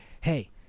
hey